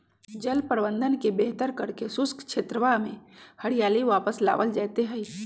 जल प्रबंधन के बेहतर करके शुष्क क्षेत्रवा में हरियाली वापस लावल जयते हई